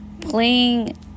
playing